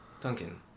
Duncan